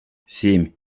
семь